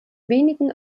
wenigen